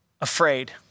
afraid